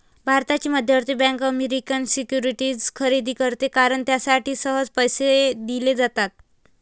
भारताची मध्यवर्ती bank American securities खरेदी करते कारण त्यासाठी सहज पैसे दिले जातात